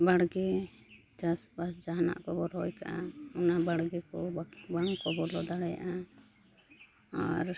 ᱵᱟᱲᱜᱮ ᱪᱟᱥᱵᱟᱥ ᱡᱟᱦᱟᱱᱟᱜ ᱠᱚᱵᱚᱱ ᱨᱚᱦᱚᱭ ᱠᱟᱜᱼᱟ ᱚᱱᱟ ᱵᱟᱲᱜᱮ ᱠᱚ ᱵᱟᱝ ᱠᱚ ᱵᱚᱞᱚ ᱫᱟᱲᱮᱭᱟᱜᱼᱟ ᱟᱨ